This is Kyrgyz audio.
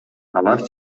алар